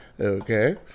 Okay